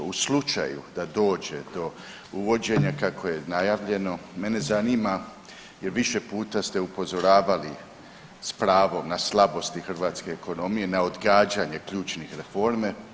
U slučaju da dođe do uvođenja kako je najavljeno, mene zanima jer više puta ste upozoravali s pravom na slabosti hrvatske ekonomije, na odgađanje ključnih reformi.